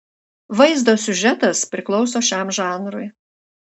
vaizdo siužetas priklauso šiam žanrui